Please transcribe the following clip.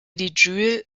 jule